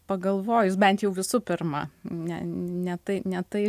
pagalvojus bent jau visų pirma ne ne tai ne tai